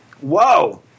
Whoa